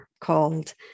called